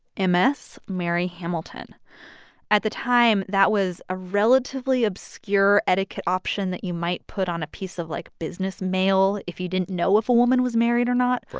m s mary hamilton at the time, that was a relatively obscure etiquette option that you might put on a piece of, like, business mail if you didn't know if a woman was married or not.